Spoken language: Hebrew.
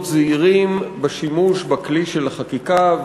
להיות זהירים בשימוש בכלי של החקיקה,